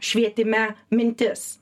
švietime mintis